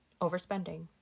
Overspending